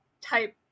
type